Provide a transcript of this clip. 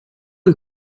you